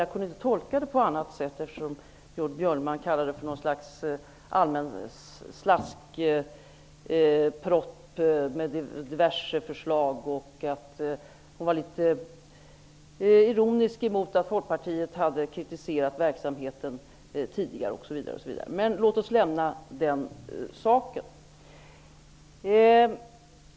Jag kunde inte tolka henne på annat sätt, eftersom hon kallade den för en allmän slaskproposition med diverse förslag och var litet ironisk mot att Folkpartiet hade kritiserat verksamheten tidigare o.s.v. Men låt oss lämna den saken.